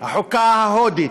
החוקה ההודית,